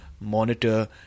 monitor